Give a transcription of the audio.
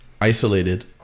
isolated